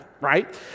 right